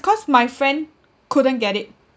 cause my friend couldn't get it